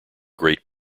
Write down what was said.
great